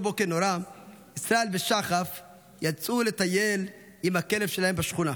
06:00 באותו בוקר נורא ישראל ושחף יצאו לטייל עם הכלב שלהם בשכונה.